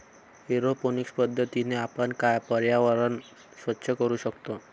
aeroponic पद्धतीने आपण पर्यावरण स्वच्छ करू शकतो